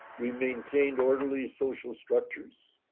we maintained orderly social structures.